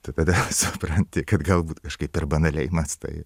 tu tada supranti kad galbūt kažkaip per banaliai mąstai